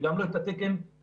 וגם לא את התקן הרפואי.